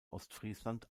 ostfriesland